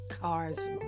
cars